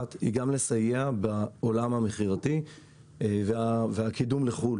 אלא גם לסייע בעולם המכירות והקידום לחו"ל,